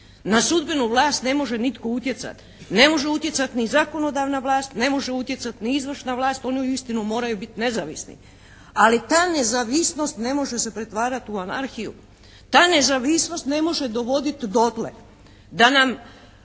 Na sudbenu vlast ne može nitko utjecat. Ne može utjecat ni zakonodavna vlast, ne može utjecat ni izvršna vlast. Oni uistinu moraju bit nezavisni. Ali ta nezavisnost ne može se pretvarat u anarhiju. Ta nezavisnost ne može dovodit dotle